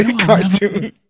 cartoon